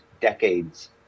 decades